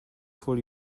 full